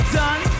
done